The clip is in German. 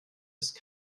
ist